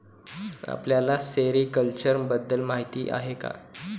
आपल्याला सेरीकल्चर बद्दल माहीती आहे का?